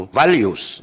values